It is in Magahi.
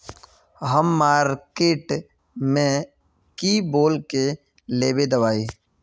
हम मार्किट में की बोल के लेबे दवाई?